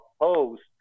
opposed